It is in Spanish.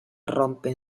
rompe